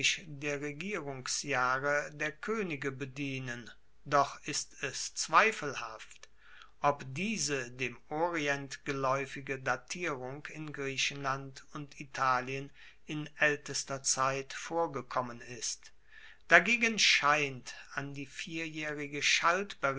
der regierungsjahre der koenige bedienen doch ist es zweifelhaft ob diese dem orient gelaeufige datierung in griechenland und italien in aeltester zeit vorgekommen ist dagegen scheint an die vierjaehrige